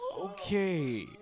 Okay